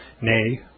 nay